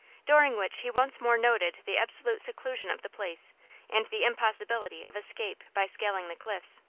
during which he once more noted the absolute seclusion of the place and the impossibility of escape by scaling the cliffs.